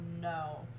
no